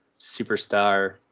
superstar